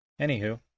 Anywho